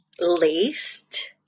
laced